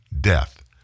Death